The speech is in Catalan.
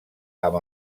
amb